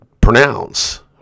pronounce